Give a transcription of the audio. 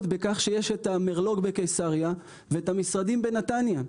בכך שיש את המרלו"ג בקיסריה ואת המשרדים בנתניה,